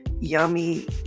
yummy